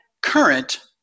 current